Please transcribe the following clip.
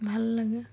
ভাল লাগে